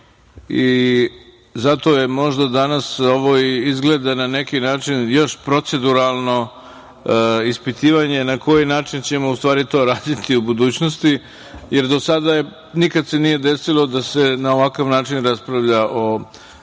i zato je možda danas ovo izgleda na neki način još proceduralno ispitivanje na koji način ćemo u stvari to raditi u budućnosti, jer do sada se nikad nije desilo da se na ovakav način raspravlja o